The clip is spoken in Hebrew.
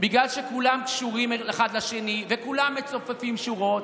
בגלל שכולם קשורים אחד לשני וכולם מצופפים שורות,